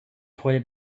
toilet